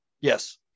Yes